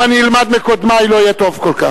אם אני אלמד מקודמי לא יהיה טוב כל כך,